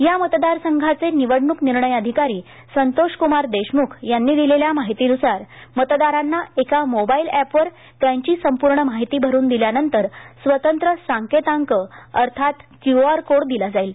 या मतदारसंघाचे निवडणूक निर्णय अधिकारी संतोषक्मार देशमुख यांनी दिलेल्या माहितीनुसार मतदारांना एका मोबाईल एपवर त्यांची संपूर्ण माहिती भरून दिल्यानंतर स्वतंत्र सांकेतांक अर्थात क्यू आर कोड दिला जाईल